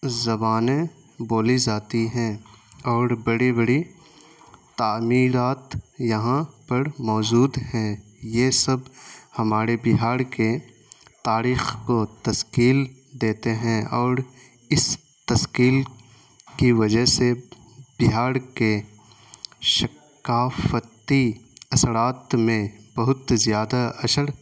زبانیں بولی جاتی ہیں اور بڑی بڑی تعمیلات یہاں پر موجود ہیں یہ سب ہمارے بہار کے تاریخ کو تشکیل دیتے ہیں اور اس تشکیل کی وجہ سے بہار کے ثقافتی اثرات میں بہت زیادہ اثر